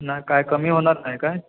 नाही काय कमी होणार नाही काय